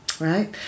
Right